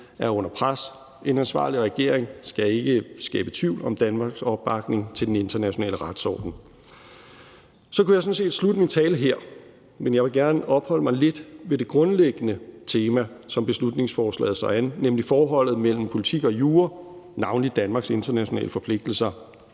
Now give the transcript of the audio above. er under pres. En ansvarlig regering skal ikke skabe tvivl om Danmarks opbakning til den internationale retsorden. Så kunne jeg sådan set slutte min tale her, men jeg vil gerne opholde mig lidt ved det grundlæggende tema, som beslutningsforslaget slår an, nemlig forholdet mellem politik og jura, navnlig Danmarks internationale forpligtelser.